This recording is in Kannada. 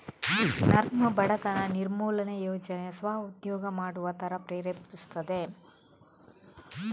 ನರ್ಮ್ ಬಡತನ ನಿರ್ಮೂಲನೆ ಯೋಜನೆ ಸ್ವ ಉದ್ಯೋಗ ಮಾಡುವ ತರ ಪ್ರೇರೇಪಿಸ್ತದೆ